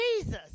Jesus